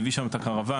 והביא שם את הקרוואן,